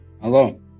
Hello